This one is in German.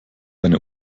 eine